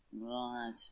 Right